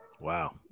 Wow